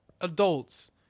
adults